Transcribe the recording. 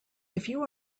you